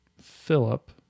Philip